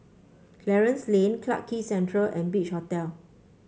Clarence Lane Clarke Quay Central and Beach Hotel